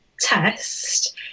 test